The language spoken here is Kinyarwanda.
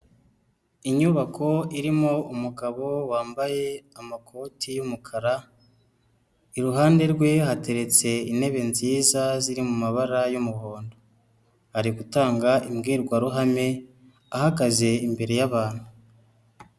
Inyubako irimo umugabo wambaye amakoti y'umukara, iruhande rwe hateretse intebe nziza ziri mu mabara y'umuhondo. Ari gutanga imbwirwaruhame ahagaze imbere y'abantu.